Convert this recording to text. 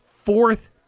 Fourth